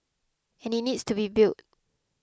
and it needs to be built